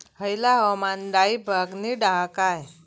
हयला हवामान डाळींबाक नीट हा काय?